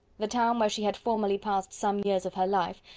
the town where she had formerly passed some years of her life,